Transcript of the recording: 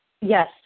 Yes